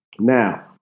Now